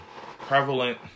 prevalent